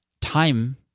time